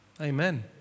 Amen